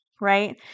right